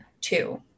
Two